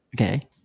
Okay